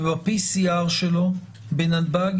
וב-PCR שלו בנתב"ג,